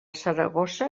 saragossa